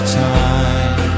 time